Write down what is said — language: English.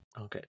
Okay